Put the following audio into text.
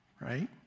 right